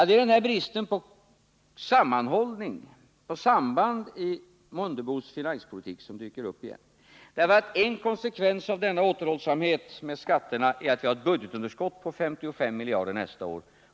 Det är här bristen på samband i Ingemar Mundebos finanspolitik som dyker upp igen. En konsekvens av denna återhållsamhet med skatterna blir att vi nästa år får ett budgetunderskott på 55 miljarder kronor.